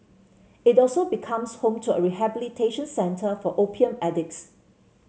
it also becomes home to a rehabilitation centre for opium addicts